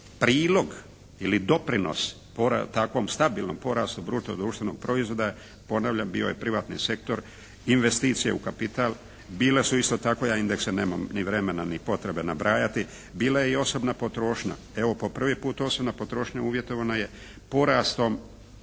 prilog ili doprinos takvom stabilnom porastu bruto društvenog proizvoda ponavljam bio je privatni sektor, investicije u kapital. Bila su isto tako, ja indeksa nemam ni vremena ni potrebe nabrajati, bila je i osobna potrošnja. Evo po prvi puta osobna potrošnja uvjetovana je porastom,